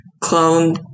clone